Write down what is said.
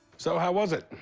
so how was it?